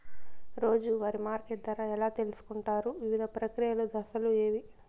రోజూ వారి మార్కెట్ ధర ఎలా తెలుసుకొంటారు వివిధ ప్రక్రియలు దశలు ఏవి?